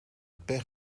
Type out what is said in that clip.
pech